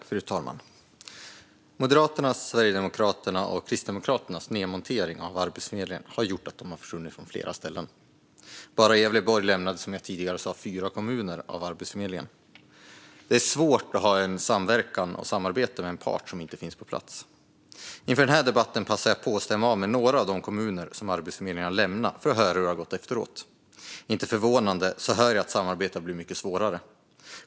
Fru talman! Moderaternas, Sverigedemokraternas och Kristdemokraternas nedmontering av Arbetsförmedlingen har gjort att den har försvunnit från flera ställen. Bara i Gävleborg lämnades, som jag tidigare sa, fyra kommuner av Arbetsförmedlingen. Det är svårt att ha en samverkan och ett samarbete med en part som inte finns på plats. Inför den här debatten passade jag på att stämma av med några av de kommuner som Arbetsförmedlingen har lämnat för att höra hur det gått efteråt. Inte förvånande hör jag att samarbetet blivit mycket svårare.